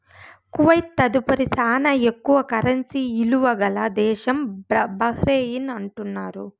Kuwait తదుపరి శానా ఎక్కువ కరెన్సీ ఇలువ గల దేశం బహ్రెయిన్ అంటున్నారు